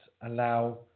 allow